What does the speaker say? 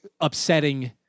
upsetting